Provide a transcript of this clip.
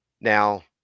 Now